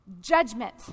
Judgment